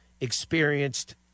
experienced